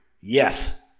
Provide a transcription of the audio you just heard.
Yes